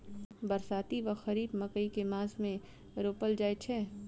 बरसाती वा खरीफ मकई केँ मास मे रोपल जाय छैय?